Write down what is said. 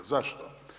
Zašto?